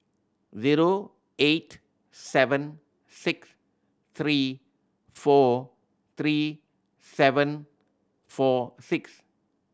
zero eight seven six three four three seven four six